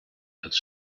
als